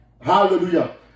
hallelujah